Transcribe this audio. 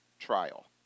trial